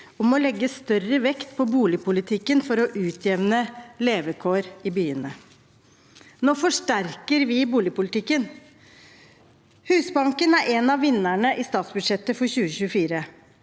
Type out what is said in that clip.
om å legge større vekt på boligpolitikken for å utjevne levekår i byene. Nå forsterker vi i boligpolitikken. Husbanken er en av vinnerne i statsbudsjettet for 2024.